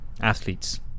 athletes